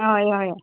हय हय